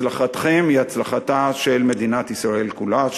הצלחתכם היא הצלחתה של מדינת ישראל כולה,